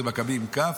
זה מכבי בכ"ף,